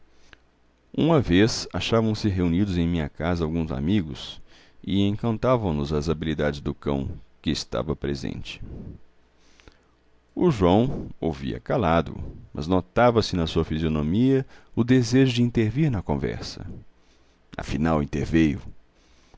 uma vez achavam-se reunidos em minha casa alguns amigos e encantavam nos as habilidades do cão que estava presente o joão ouvia calado mas notava-se na sua fisionomia o desejo de intervir na conversa afinal interveio